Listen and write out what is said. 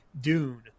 Dune